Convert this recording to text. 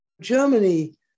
Germany